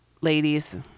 ladies